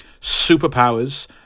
superpowers